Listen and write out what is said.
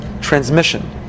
transmission